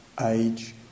age